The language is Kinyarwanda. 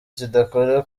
kidakora